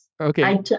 Okay